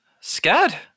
scared